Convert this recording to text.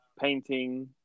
Painting